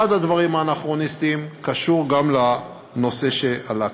אחד הדברים האנכרוניסטיים קשור גם לנושא שעלה כאן.